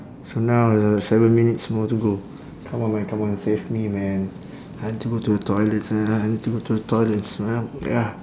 so now it's like seven minutes more to go come on man come on save me man I want to go to the toilet sia I need to go to the toilet sia ya